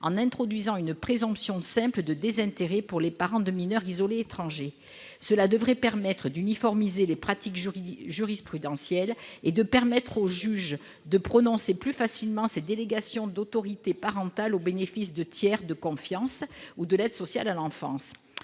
en introduisant une présomption simple de désintérêt pour les parents de mineurs isolés étrangers. Cela devrait favoriser l'uniformisation des pratiques jurisprudentielles et permettre aux juges de prononcer plus facilement ces délégations d'autorité parentale au bénéfice de tiers de confiance ou de l'aide sociale à l'enfance.